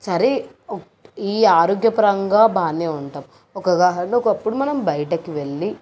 సరే ఒక ఈ ఆరోగ్యపరంగా బాగానే ఉంటాం ఒకగానప్పుడు ఒకప్పుడు మనం బయటకు వెళ్లి